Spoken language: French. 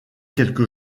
quelque